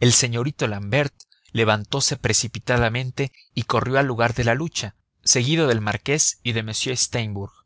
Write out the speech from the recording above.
el señorito l'ambert levantose precipitadamente y corrió al lugar de la lucha seguido del marqués y